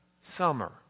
summer